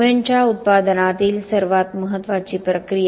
सिमेंटच्या उत्पादनातील सर्वात महत्वाची प्रक्रिया